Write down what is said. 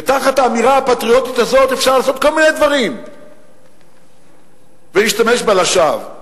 ותחת האמירה הפטריוטית הזאת אפשר לעשות כל מיני דברים ולהשתמש בה לשווא.